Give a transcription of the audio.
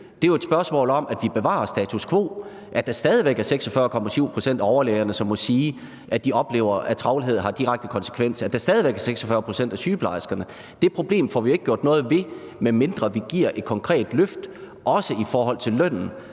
det er jo et spørgsmål om, at vi bevarer status quo, at der stadig væk er 46,7 pct. af overlægerne og 46 pct. af sygeplejerskerne, som må sige, at de oplever, at travlhed har en direkte konsekvens. Det problem får vi jo ikke gjort noget ved, medmindre vi giver et konkret løft også i forhold til lønnen.